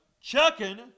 chucking